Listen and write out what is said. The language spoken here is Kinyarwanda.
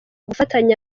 gufatanya